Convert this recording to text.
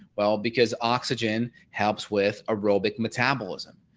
well because oxygen helps with a robust metabolism.